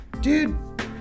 dude